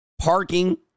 parking